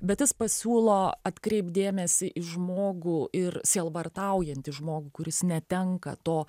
bet jis pasiūlo atkreipt dėmesį į žmogų ir sielvartaujanti žmogų kuris netenka to